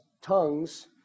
tongues